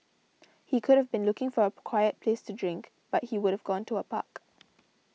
he could have been looking for a quiet place to drink but he would've gone to a park